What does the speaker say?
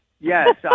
Yes